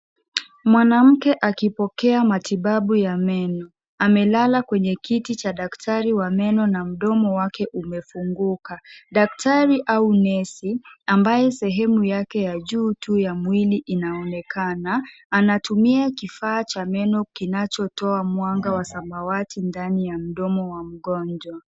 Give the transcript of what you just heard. Mwanamke akipokea matibabu ya meno, amelala kwenye kiti cha daktari wa meno na mdomo wake umefunguka. Daktari au nesi ambaye sehemu yakebya juu tu ya mwili inaonekana . Anatumia kifaa cha meno kinachotoa mwanga wa samawati ndani ya mdomo wa mgonjwa.